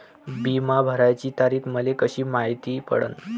बिमा भराची तारीख मले कशी मायती पडन?